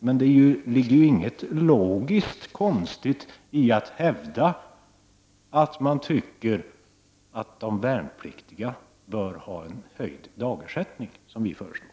Men det är inget logiskt konstigt i att hävda att man tycker att de värnpliktiga bör ha en höjd dagersättning, som vi i vpk föreslår.